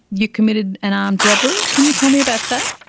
you committed an armed robbery. can you tell me about that?